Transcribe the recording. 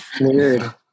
Weird